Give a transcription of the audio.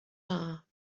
are